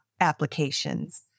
applications